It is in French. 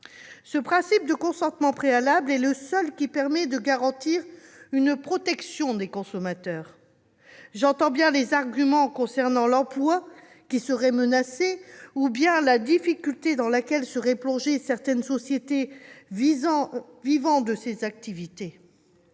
Ce principe de consentement préalable est le seul qui permette de garantir une protection des consommateurs. J'entends bien les arguments concernant les emplois qui pourraient être menacés ou la difficulté dans laquelle seraient plongées certaines sociétés vivant de ces activités.